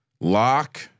Lock